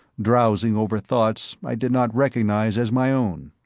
drowsing over thoughts i did not recognize as my own.